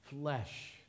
flesh